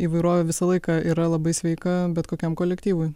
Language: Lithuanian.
įvairovė visą laiką yra labai sveika bet kokiam kolektyvui